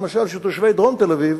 למשל, שתושבי דרום תל-אביב